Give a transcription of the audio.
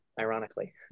ironically